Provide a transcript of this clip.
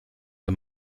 der